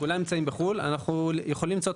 כל האמצעים בחו"ל אנחנו יכולים למצוא את